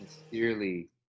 sincerely